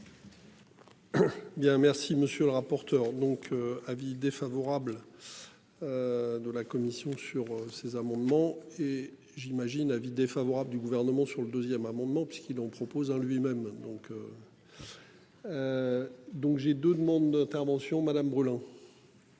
monsieur le rapporteur. Donc, avis défavorable. De la commission sur ces amendements et j'imagine, avis défavorable du gouvernement sur le 2ème amendement puisqu'il en propose en lui-même donc. Donc j'ai de demandes d'intervention Madame brûlant.